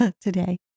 today